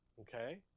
Okay